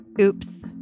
Oops